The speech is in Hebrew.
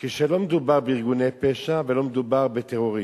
כשלא מדובר בארגוני פשע, ולא מדובר בטרוריסטים?